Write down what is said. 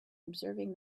observing